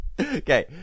Okay